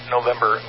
November